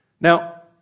Now